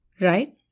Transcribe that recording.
right